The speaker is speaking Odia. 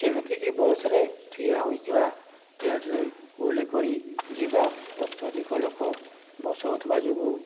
ଯେମିତିକି ବସ୍ରେ ଠିଆ ହୋଇଥିବା ଟ୍ରେନ୍ରେ ଓହଳି କରି ଯିବା ଅତ୍ୟଧିକ ଲୋକ ବସାଉଥିବା ଯୋଗୁଁ